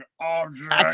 object